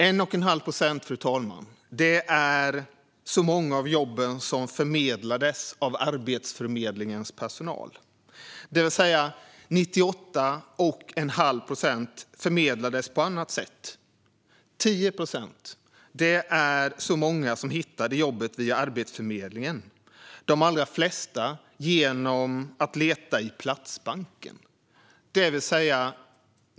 1 1⁄2 procent, fru talman, är så många av jobben som förmedlades av Arbetsförmedlingens personal. 98 1⁄2 procent förmedlades alltså på annat sätt. 10 procent hittade jobb via Arbetsförmedlingen, de allra flesta av dem genom att leta i Platsbanken.